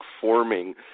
forming